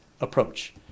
approach